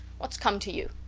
whats come to you?